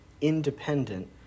independent